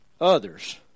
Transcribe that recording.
others